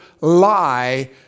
lie